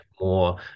more